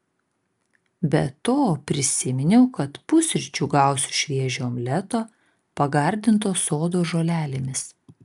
be to prisiminiau kad pusryčių gausiu šviežio omleto pagardinto sodo žolelėmis